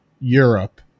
europe